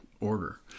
order